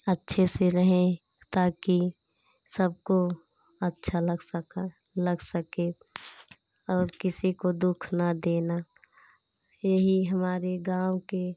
अच्छे से रहें ताकी सबको अच्छा लग सका लग सकें और किसी को दुःख न देना यही हमारे गाँव के